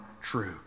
true